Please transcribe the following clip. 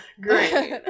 great